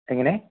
എങ്ങനെ